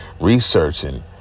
researching